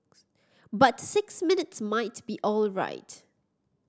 but six minutes might be alright